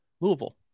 Louisville